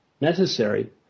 necessary